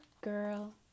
girl